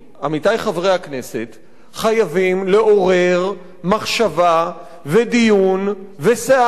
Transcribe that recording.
חייבים לעורר מחשבה ודיון וסערה בציבור הישראלי.